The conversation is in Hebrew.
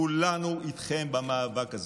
כולנו איתכם במאבק הזה.